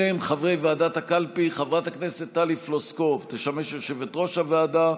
אלה הם חברי ועדת הקלפי: חברת הכנסת טלי פלוסקוב תשמש יושבת-ראש הוועדה,